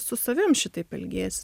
su savim šitaip elgiesi